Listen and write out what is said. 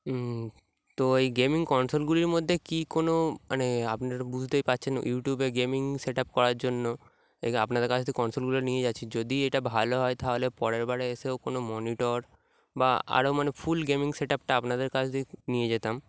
হুম তো এই গেমিং কনসোলগুলির মধ্যে কী কোনো মানে আপনারা বুঝতেই পারছেন ইউটিউবে গেমিং সেট আপ করার জন্য এই আপনাদের কাছ থেকে কনসোলগুলো নিয়ে যাচ্ছি যদি এটা ভালো হয় তাহলে পরের বে এসেও কোনো মনিটর বা আরও মানে ফুল গেমিং সেট আপটা আপনাদের কাছ থেকে নিয়ে যেতাম